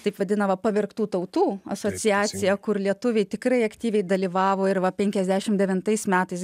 taip vadinamą pavergtų tautų asociaciją kur lietuviai tikrai aktyviai dalyvavo ir va penkiasdešim devintais metais